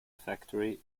factory